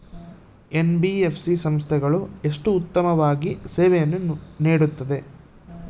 NBFC ಸಂಸ್ಥೆಗಳು ಎಷ್ಟು ಉತ್ತಮವಾಗಿ ಸೇವೆಯನ್ನು ನೇಡುತ್ತವೆ?